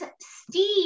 Steve